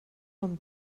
com